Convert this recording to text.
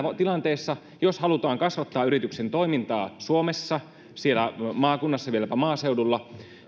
tilanteessa jos halutaan kasvattaa yrityksen toimintaa suomessa siellä maakunnassa vieläpä maaseudulla